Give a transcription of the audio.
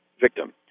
victim